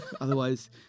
Otherwise